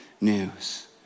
news